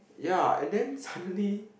ya and then suddenly